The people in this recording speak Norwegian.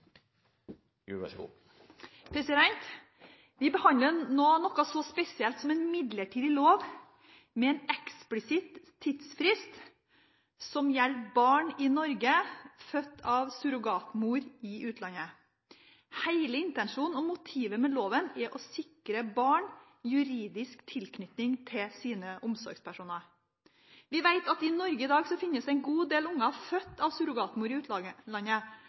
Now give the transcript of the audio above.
noe så spesielt som en midlertidig lov med en eksplisitt tidsfrist, som gjelder barn i Norge født av surrogatmor i utlandet. Hele intensjonen og motivet med loven er å sikre barn juridisk tilknytning til sine omsorgspersoner. Vi vet at i Norge i dag finnes det en god del barn født av surrogatmor i